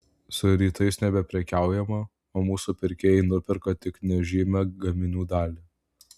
su rytais nebeprekiaujama o mūsų pirkėjai nuperka tik nežymią gaminių dalį